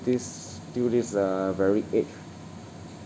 this till this uh very age